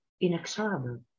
inexorable